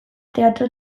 teatro